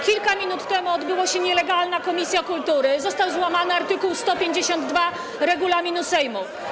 Kilka minut temu odbyło się nielegalne posiedzenie komisji kultury, został złamany art. 152 regulaminu Sejmu.